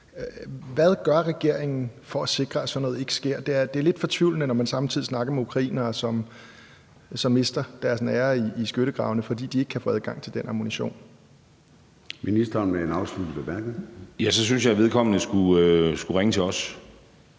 Hvad gør regeringen for at sikre, at sådan noget ikke sker? Det er lidt fortvivlende, når man samtidig snakker med ukrainere, som mister deres nære i skyttegravene, fordi de ikke kan få adgang til den ammunition. Kl. 13:14 Formanden (Søren Gade): Ministeren med en afsluttende